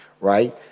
right